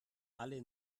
alle